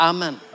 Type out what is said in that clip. Amen